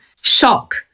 shock